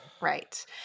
Right